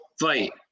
fight